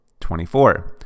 24